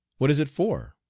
what is it for?